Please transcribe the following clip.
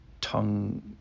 tongue